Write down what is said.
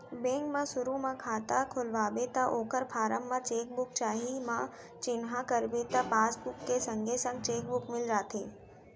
bank म सुरू म खाता खोलवाबे त ओकर फारम म चेक बुक चाही म चिन्हा करबे त पासबुक के संगे संग चेक बुक मिल जाथे